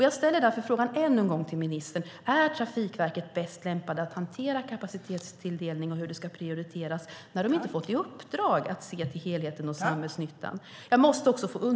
Jag ställer därför frågan ännu en gång till ministern: Är Trafikverket bäst lämpat att hantera kapacitetstilldelning och hur det ska prioriteras när de inte fått i uppdrag att se till helheten och samhällsnyttan?